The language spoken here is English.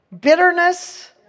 bitterness